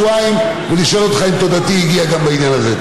שבועיים ולשאול אותך אם תודתי הגיעה גם בעניין הזה.